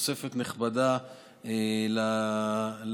תוספת נכבדה לבדיקה,